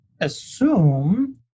assume